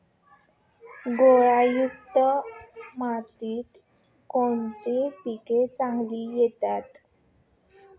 गाळयुक्त मातीत कोणते पीक चांगले येते?